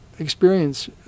experience